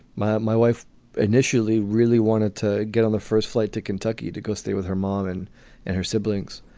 my my wife initially really wanted to get on the first flight to kentucky to go stay with her mom and and her siblings.